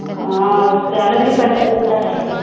हाँ उसका अलग से पैसा लगता है